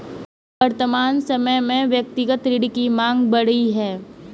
वर्तमान समय में व्यक्तिगत ऋण की माँग बढ़ी है